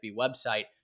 website